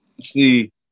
See